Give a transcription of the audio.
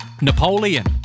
Napoleon